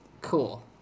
Cool